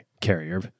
carrier